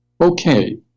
Okay